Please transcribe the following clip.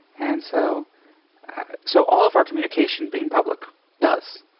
and so so all of our communication being public does.